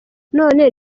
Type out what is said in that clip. none